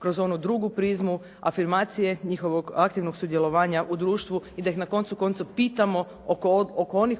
kroz onu drugu prizmu afirmacije njihovog aktivnog sudjelovanja u društvu i da ih na koncu konca pitamo oko